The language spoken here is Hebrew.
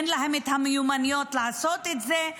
אין להם את המיומנויות לעשות את זה,